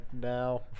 now